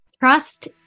Trust